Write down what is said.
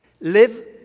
Live